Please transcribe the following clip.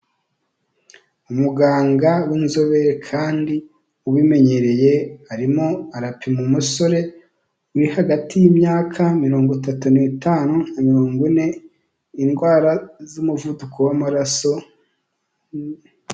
Umuganga w'inzobere kandi ubimenyereye, arimo arapima umusore uri hagati y'imyaka mirongo itatu n'itanu na mirongo ine indwara z'umuvuduko w'amaraso.